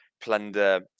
plunder